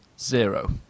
zero